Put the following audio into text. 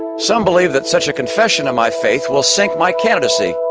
some believe that such a confession of my faith will sink my candidacy.